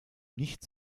nicht